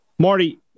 Marty